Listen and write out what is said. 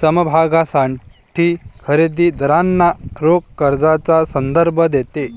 समभागांसाठी खरेदी दारांना रोख कर्जाचा संदर्भ देते